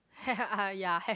ya have